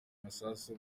masasu